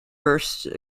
first